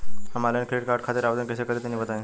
हम online credit card खातिर आवेदन कइसे करि तनि बताई?